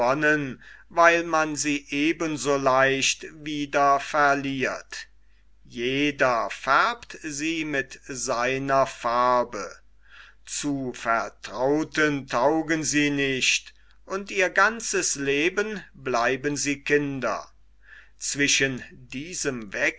weil man sie eben so leicht wieder verliert jeder färbt sie mit seiner farbe zu vertrauten taugen sie nicht und ihr ganzes leben bleiben sie kinder zwischen diesem